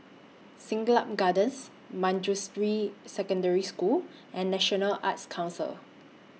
Siglap Gardens Manjusri Secondary School and National Arts Council